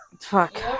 Fuck